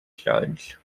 judge